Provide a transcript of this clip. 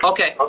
Okay